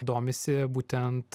domisi būtent